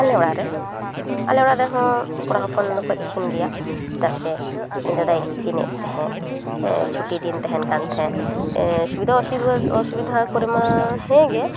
ᱟᱞᱮ ᱚᱲᱟᱜ ᱨᱮ ᱟᱞᱮ ᱚᱲᱟᱜ ᱨᱮᱦᱚᱸ ᱠᱚᱲᱟ ᱫᱚᱠᱚ ᱤᱥᱤᱱ ᱜᱮᱭᱟ ᱪᱮᱫᱟᱜ ᱥᱮ ᱤᱧ ᱫᱟᱫᱟᱭ ᱤᱥᱤᱱᱮᱫ ᱛᱟᱦᱮᱫ ᱦᱮᱸ ᱪᱷᱩᱴᱤ ᱫᱤᱱ ᱛᱟᱦᱮᱱ ᱠᱟᱱ ᱛᱟᱦᱮᱫ ᱥᱩᱵᱤᱫᱟ ᱚᱥᱩᱵᱤᱫᱟ ᱠᱚᱨᱮ ᱢᱟ ᱦᱮᱸᱜᱮ